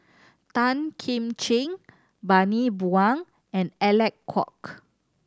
Tan Kim Ching Bani Buang and Alec Kuok